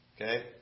Okay